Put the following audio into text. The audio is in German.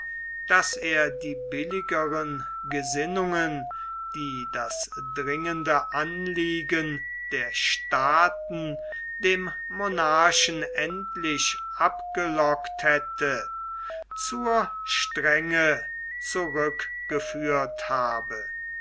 daß er die billigern gesinnungen die das dringende anliegen der staaten dem monarchen endlich abgelockt hatte zur strenge zurückgeführt habe